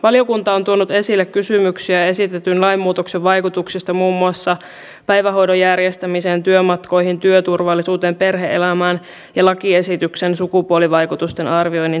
valiokunta on tuonut esille kysymyksiä esitetyn lainmuutoksen vaikutuksista muun muassa päivähoidon järjestämiseen työmatkoihin työturvallisuuteen perhe elämään ja lakiesityksen sukupuolivaikutusten arvioinnin tekemiseen